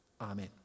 Amen